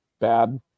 bad